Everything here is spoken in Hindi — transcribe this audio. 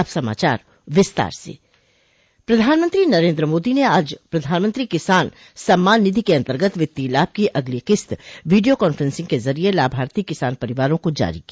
अब समाचार विस्तार से प्रधानमंत्री नरेंद्र मोदी ने आज प्रधानमंत्री किसान सम्मान निधि के अंतर्गत वित्तीय लाभ की अगली किस्त वीडियो कॉफ्रेंसिंग के जरिए लाभार्थी किसान परिवारों को जारी की